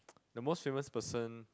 the most famous person